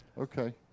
Okay